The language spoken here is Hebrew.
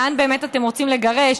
לאן באמת אתם רוצים לגרש?